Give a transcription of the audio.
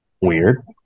weird